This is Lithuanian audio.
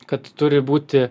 kad turi būti